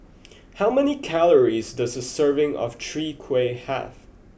how many calories does a serving of Chwee Kueh have